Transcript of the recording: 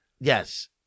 yes